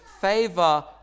favor